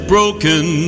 broken